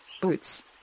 Boots